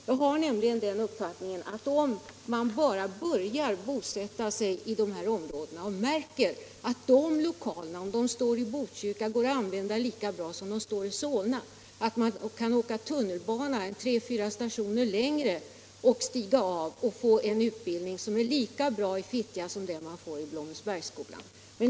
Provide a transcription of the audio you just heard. Jag har nämligen den uppfattningen att om man bara börjar med en sådan utbildning, så skall de människor som bosätter sig i dessa områden finna att lokalerna i Botkyrka går att använda lika bra som lokalerna i Solna och att man kan åka tunnelbana tre fyra stationer längre och då i Fittja få en utbildning som är lika bra som den man får i Blommensbergsskolan.